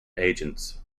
agents